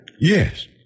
Yes